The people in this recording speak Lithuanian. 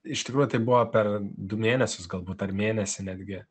iš tikrųjų tai buvo per du mėnesius galbūt ar mėnesį netgi